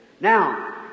Now